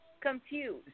confused